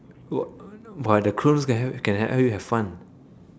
but the clones can help you can help you have fun